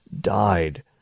died